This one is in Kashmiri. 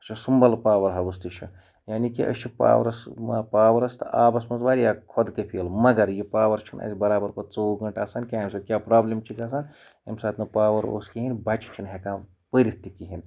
سُہ چھُ سُمبَل پاوَر ہاوُس تہِ چھُ یعنی کہِ أسۍ چھِ پاورَس ما پاورَس تہٕ آبَس منٛز واریاہ خۄد کفیٖل مگر یہِ پاوَر چھُنہٕ اَسہِ برابر پَتہٕ ژوٚوُہ گنٛٹہٕ آسان امہِ سۭتۍ کیٛاہ پرٛابلِم چھِ گژھان ییٚمہِ ساتہٕ نہٕ پاوَر اوس کِہیٖنۍ بَچہِ چھِنہٕ ہٮ۪کان پٔرِتھ تہِ کِہیٖنۍ